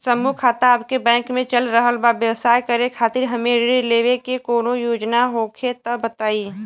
समूह खाता आपके बैंक मे चल रहल बा ब्यवसाय करे खातिर हमे ऋण लेवे के कौनो योजना होखे त बताई?